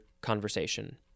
conversation